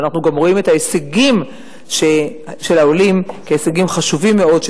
אבל אנחנו גם רואים את ההישגים של העולים כהישגים חשובים מאוד,